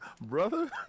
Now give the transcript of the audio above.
Brother